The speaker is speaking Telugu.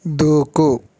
దూకు